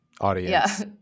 audience